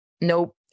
Nope